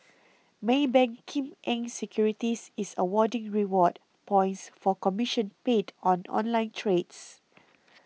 Maybank Kim Eng Securities is awarding reward points for commission paid on online trades